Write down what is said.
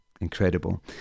Incredible